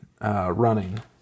running